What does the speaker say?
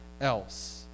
else